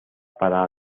para